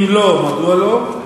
2. אם לא, מדוע לא?